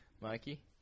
mikey